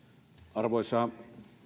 arvoisa